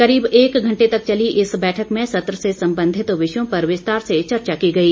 करीब एक घंटे तक चली इस बैठक में सत्र से संबधित विषयों पर विस्तार से चर्चा की गई